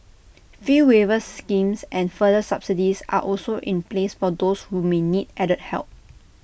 fee waiver schemes and further subsidies are also in place for those who may need added help